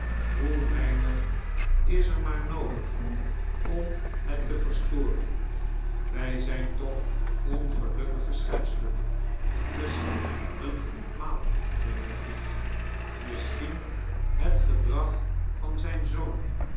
hoe weinig is er maar noodig om het te verstoren wij zijn toch ongelukkige schepselen misschien een goed maal mijnlieer fish misschien he gedrag van zijn zoon